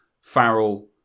Farrell